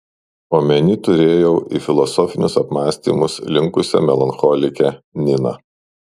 omeny turėjau į filosofinius apmąstymus linkusią melancholikę niną